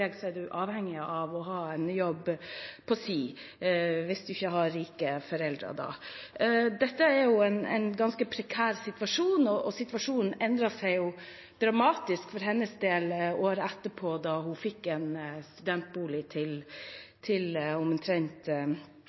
er en avhengig av å ha en jobb på si, hvis en ikke har rike foreldre. Dette er en ganske prekær situasjon, og situasjonen endret seg dramatisk for hennes del året etterpå, da hun fikk en studentbolig til omtrent